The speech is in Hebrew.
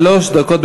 שלוש דקות.